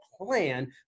plan